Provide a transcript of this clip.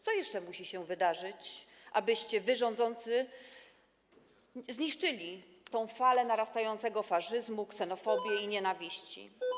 Co jeszcze musi się wydarzyć, abyście wy, rządzący, zniszczyli tę narastającą falę faszyzmu, ksenofobii i nienawiści?